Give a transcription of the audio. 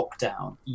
lockdown